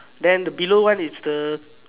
then the below one it's the